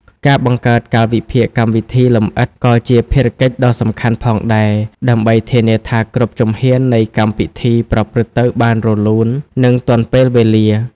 ការបង្កើតកាលវិភាគកម្មពិធីលម្អិតក៏ជាភារកិច្ចដ៏សំខាន់ផងដែរ ដើម្បីធានាថាគ្រប់ជំហាននៃកម្មពិធីប្រព្រឹត្តទៅបានរលូន និងទាន់ពេលវេលា។